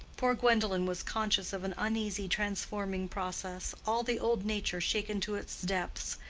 poor gwendolen was conscious of an uneasy, transforming process all the old nature shaken to its depths,